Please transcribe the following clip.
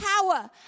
power